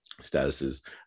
statuses